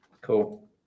Cool